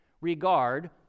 regard